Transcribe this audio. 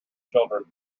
children